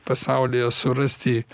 pasaulyje surasti